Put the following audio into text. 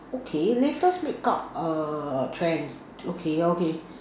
okay latest makeup err trends okay okay